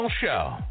show